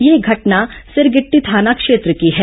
यह घटना सिरगिटटी थाना क्षेत्र की है